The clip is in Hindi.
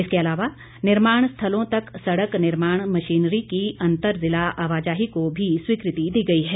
इसके अलावा निर्माण स्थलों तक सड़क निर्माण मशीनरी की अंतर जिला आवाजाही को भी स्वीकृति दी गई है